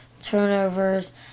turnovers